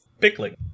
Pickling